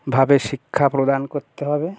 ভাবে শিক্ষা প্রদান করতে হবে